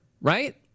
right